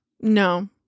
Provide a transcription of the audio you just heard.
no